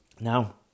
Now